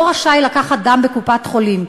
לא רשאי לקחת דם בקופת-חולים.